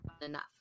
enough